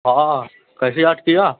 ہاں کیسے یاد کیا